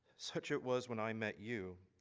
such it was when i met you,